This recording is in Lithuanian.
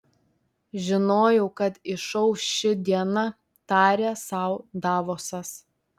žinojau kad išauš ši diena tarė sau davosas